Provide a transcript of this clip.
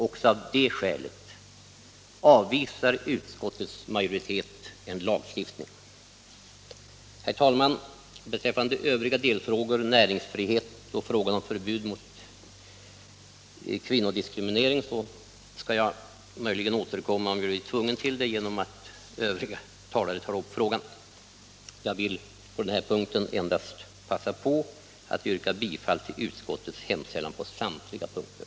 Också av det skälet avvisar utskottets majoritet en lagstiftning. Herr talman! Beträffande övriga delfrågor, näringsfrihet och frågan om förbud mot kvinnodiskriminering, skall jag möjligen återkomma om jag 83 blir tvungen till det genom att övriga talare tar upp dessa frågor. Jag ber att få yrka bifall till utskottets hemställan på samtliga punkter.